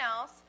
else